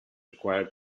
required